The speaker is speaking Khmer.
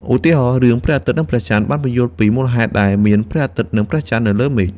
ឧទាហរណ៍ រឿង ព្រះអាទិត្យនិងព្រះចន្ទបានពន្យល់អំពីមូលហេតុដែលមានព្រះអាទិត្យនិងព្រះចន្ទនៅលើមេឃ។